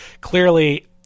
clearly